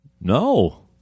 no